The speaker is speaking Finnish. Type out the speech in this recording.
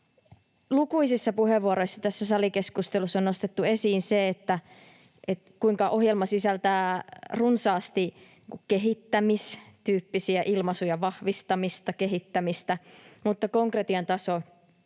Lukuisissa puheenvuoroissa tässä salikeskustelussa on nostettu esiin se, kuinka ohjelma sisältää runsaasti kehittämistyyppisiä ilmaisuja — vahvistamista, kehittämistä — mutta konkretian taso